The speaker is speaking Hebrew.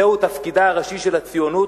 זהו תפקידה הראשי של הציונות,